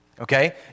Okay